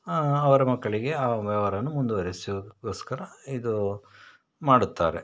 ಅವರ ಮಕ್ಕಳಿಗೆ ಆ ವ್ಯವ್ಹಾರವನ್ನು ಮುಂದುವರೆಸೋದ್ಕೋಸ್ಕರ ಇದು ಮಾಡುತ್ತಾರೆ